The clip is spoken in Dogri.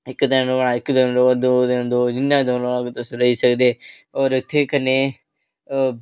इक दिन रौह्ना इक दिन र'वै दो दिन दो जि'यां तुस रौह्ना होवे रेही सकदे और उत्थै कन्नै ओह्